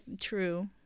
true